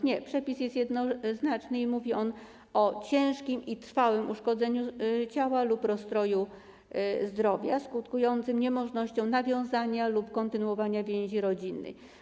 Nie, przepis jest jednoznaczny i mówi o ciężkim i trwałym uszkodzeniu ciała lub rozstroju zdrowia skutkującym niemożnością nawiązania lub kontynuowania więzi rodzinnej.